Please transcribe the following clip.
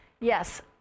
Yes